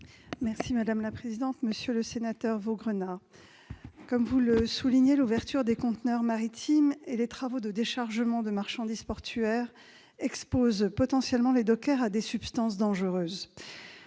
vous l'avez souligné, monsieur le sénateur Vaugrenard, l'ouverture des conteneurs maritimes et les travaux de déchargement de marchandises portuaires exposent potentiellement les dockers à des substances dangereuses.